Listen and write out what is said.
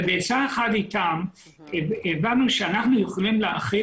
ובעצה אחת איתם הבנו שאנחנו יכולים להרחיב